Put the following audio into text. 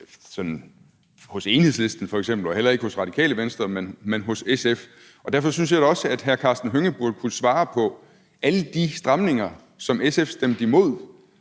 hos Enhedslisten f.eks., og heller ikke hos Radikale Venstre, men hos SF. Derfor synes jeg da også, at hr. Karsten Hønge burde kunne svare på det spørgsmål om, om alle de stramninger, som SF stemte imod